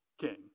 king